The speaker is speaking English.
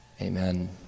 amen